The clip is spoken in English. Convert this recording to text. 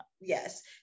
Yes